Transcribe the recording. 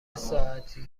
ساعتی